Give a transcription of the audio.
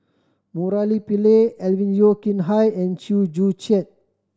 Murali Pillai Alvin Yeo Khirn Hai and Chew Joo Chiat